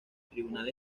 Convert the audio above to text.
tribunal